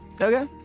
Okay